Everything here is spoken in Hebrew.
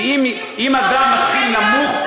ושאנשים, ואם אדם מתחיל נמוך,